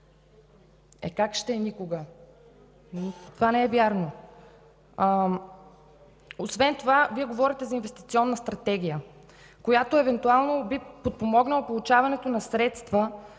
Е, как ще е никога? Това не е вярно! Освен това Вие говорите за инвестиционна стратегия, която евентуално би подпомогнала получаването на средства